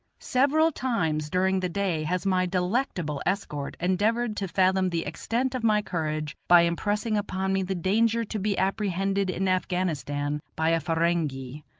several times during the day has my delectable escort endeavored to fathom the extent of my courage by impressing upon me the danger to be apprehended in afghanistan by a ferenghi.